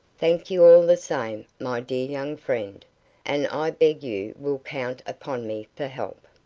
thank you all the same, my dear young friend and i beg you will count upon me for help.